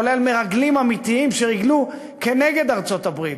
כולל מרגלים אמיתיים שריגלו כנגד ארצות-הברית,